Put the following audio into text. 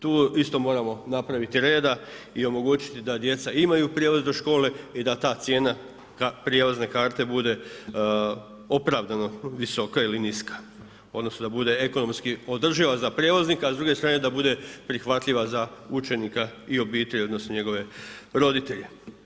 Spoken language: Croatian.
Tu isto moramo napraviti reda i omogućiti da djeca imaju prijevoz do škole i da ta cijena prijevozne karte bude opravdano visoka ili niska, odnosno da bude ekonomski održiva za prijevoznika, a s druge strane da bude prihvatljiva za učenika i obitelj, odnosno njegove roditelje.